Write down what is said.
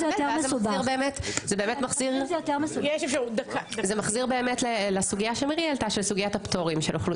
זה באמת מחזיר לסוגיה של הפטורים, שמירי העלתה.